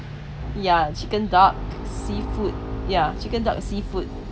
ya chicken duck seafood ya chicken duck seafood